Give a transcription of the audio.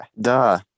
Duh